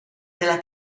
della